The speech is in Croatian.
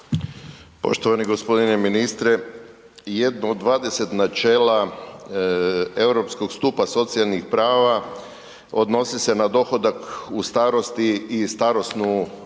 Poštovani gospodine ministre. Jedno od 20 načela europskog stupa socijalnih prava odnosi se na dohodak u starosti i starosnu mirovinu.